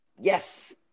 yes